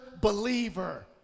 believer